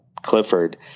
clifford